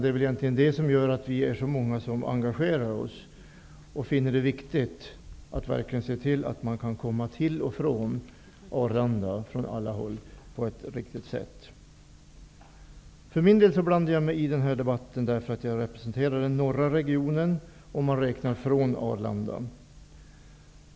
Det är egentligen detta som gör att vi är så många som engagerar oss och finner det viktigt att verkligen se till att man kan komma till och från Arlanda från alla håll på ett riktigt sätt. För min del blandar jag mig i den här debatten därför att jag representerar den norra regionen, om man räknar från Arlanda.